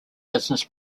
business